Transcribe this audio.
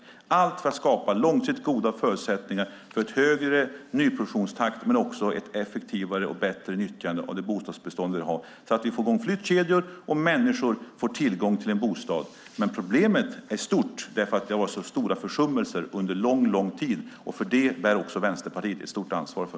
Allt detta gör vi för att skapa långsiktigt goda förutsättningar för en högre nyproduktionstakt men också för ett effektivare och bättre nyttjande av det bostadsbestånd vi har. På så sätt kan vi få i gång flyttkedjor, och människor får tillgång till en bostad. Problemet är stort eftersom det under mycket lång tid varit stora försummelser, och det bär även Vänsterpartiet ett stort ansvar för.